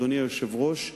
אדוני היושב-ראש,